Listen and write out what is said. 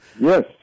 yes